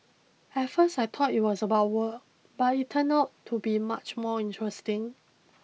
at first I thought it was about work but it turned out to be much more interesting